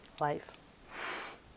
life